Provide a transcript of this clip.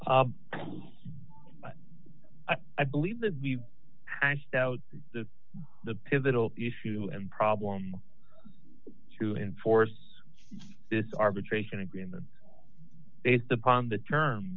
yes i believe that we hashed out the pivotal issue and problem to enforce this arbitration agreement based upon the term